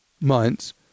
months